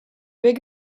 big